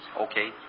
Okay